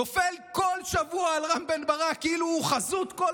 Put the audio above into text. נופל כל שבוע על רם בן ברק כאילו הוא חזות כול.